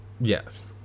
Yes